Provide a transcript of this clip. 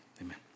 Amen